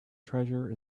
treasure